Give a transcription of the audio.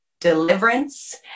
deliverance